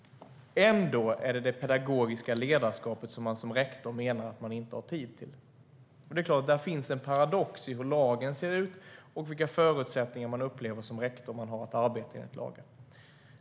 Ändå är det det pedagogiska ledarskapet som man som rektor menar att man inte har tid till. Det är klart att det finns en paradox i hur lagen ser ut och vilka förutsättningar man som rektor upplever att man har att arbeta utifrån enligt lagen.